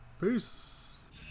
peace